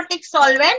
solvent